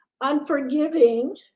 unforgiving